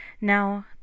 Now